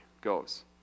goes